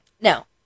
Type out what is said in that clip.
No